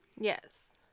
Yes